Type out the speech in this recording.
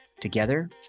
Together